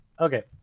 Okay